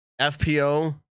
FPO